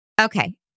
Okay